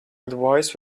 advice